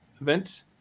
event